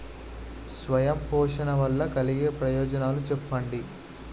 స్వయం పోషణ వల్ల కలిగే ప్రయోజనాలు చెప్పండి?